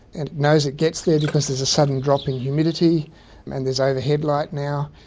and it knows it gets there because there's a sudden drop in humidity and there's overhead light now.